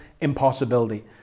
impossibility